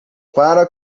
para